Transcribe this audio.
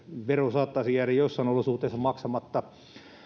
vero saattaisi jäädä joissain olosuhteissa maksamatta